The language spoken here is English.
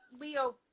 Leo